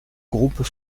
groupes